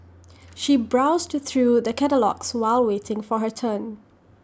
she browsed through the catalogues while waiting for her turn